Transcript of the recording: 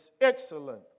excellent